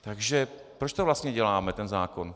Takže proč vlastně děláme tento zákon?